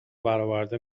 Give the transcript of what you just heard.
براورده